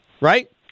right